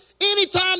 Anytime